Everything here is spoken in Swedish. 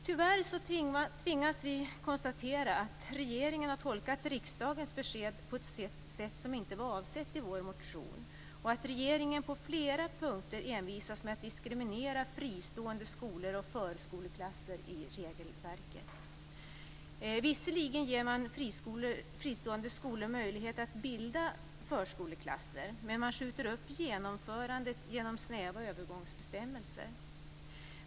Tyvärr tvingas vi konstatera att regeringen har tolkat riksdagens besked på ett sätt som inte var avsett i vår motion, och att regeringen på flera punkter envisas med att diskriminera fristående skolor och förskoleklasser i regelverket. Visserligen ger man fristående skolor möjlighet att bilda förskoleklasser, men man skjuter upp genomförandet genom snäva övergångsbestämmelser.